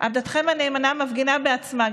הנאמנה מפגינה בעצמה.